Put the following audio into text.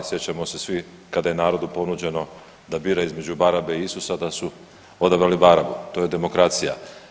Sjećamo se svi kada je narodu ponuđeno da bira između Barabe i Isusa da su odabrali Barabu, to je demokracija.